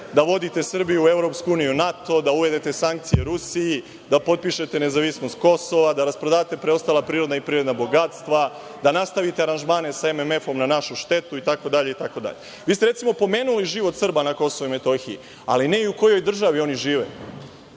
da vodite Srbiju u EU, NATO, da uvedete sankcije Rusiji, da potpišete nezavisnost Kosova, da rasprodate preostala prirodna i privredna bogatstva, da nastavite aranžmane sa MMF na našu štetu itd. Vi ste, recimo, pomenuli život Srba na KiM, ali ne i u kojoj državi oni žive,